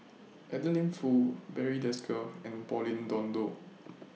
Adeline Foo Barry Desker and Pauline Dawn Loh